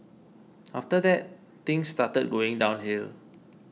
after that things started going downhill